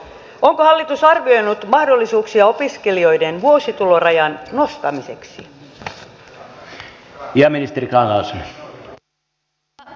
onko hallitus arvioinut mahdollisuuksia opiskelijoiden vuositulorajan nostamiseksi